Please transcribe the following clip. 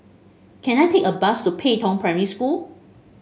can I take a bus to Pei Tong Primary School